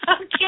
Okay